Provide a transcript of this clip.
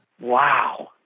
Wow